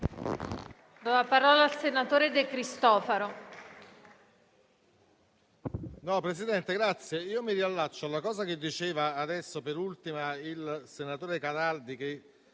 a parlare il senatore De Cristofaro